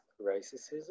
racism